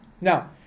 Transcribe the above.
now